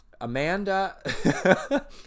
Amanda